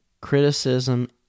criticism